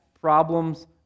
problems